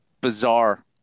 bizarre